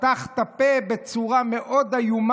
פתח את הפה בצורה איומה.